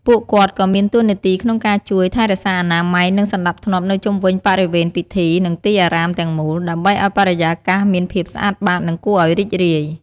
តួនាទីដូចជាការជួយសម្អាតចានឆ្នាំង បន្ទាប់ពីការទទួលទាន ឬការរៀបចំមុនការទទួលទាន។